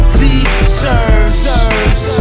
deserves